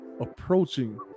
approaching